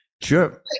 Sure